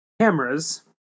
cameras